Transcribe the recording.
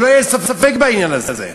שלא יהיה ספק בעניין הזה.